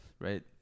right